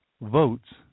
votes